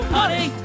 Honey